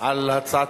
בהתחלה,